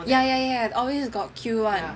ya ya ya always got queue [one]